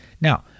now